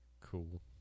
Cool